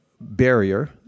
barrier